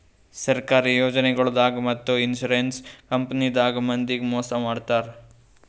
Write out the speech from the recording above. ಸರ್ಕಾರಿ ಯೋಜನಾಗೊಳ್ದಾಗ್ ಮತ್ತ್ ಇನ್ಶೂರೆನ್ಸ್ ಕಂಪನಿದಾಗ್ ಮಂದಿಗ್ ಮೋಸ್ ಮಾಡ್ತರ್